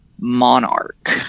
Monarch